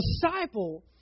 disciple